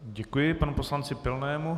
Děkuji panu poslanci Pilnému.